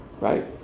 right